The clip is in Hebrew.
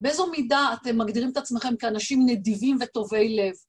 באיזו מידה אתם מגדירים את עצמכם כאנשים נדיבים וטובי לב?